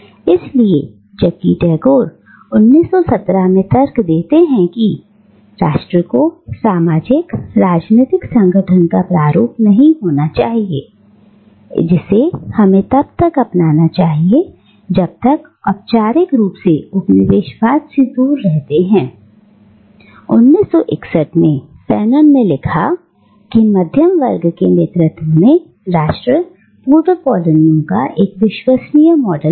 इसलिए जबकि टैगोर 1917 में तर्क देते हैं कि राष्ट्र को सामाजिक राजनीतिक संगठन का प्रारूप नहीं होना चाहिए जिसे हमें तब अपनाना चाहिए जब हम औपचारिक रूप से उपनिवेशवाद से दूर रहते हैं 1961 में फैनोन ने लिखा है कि मध्यम वर्ग के नेतृत्व में राष्ट्र पूर्व कॉलोनियों का एक अविश्वसनीय मॉडल है